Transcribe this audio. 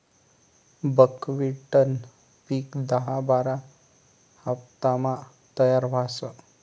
बकव्हिटनं पिक दहा बारा हाफतामा तयार व्हस